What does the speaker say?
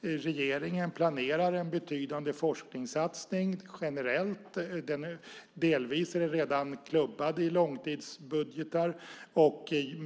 Regeringen planerar en betydande forskningssatsning generellt. Den är delvis redan klubbad i långtidsbudgetar.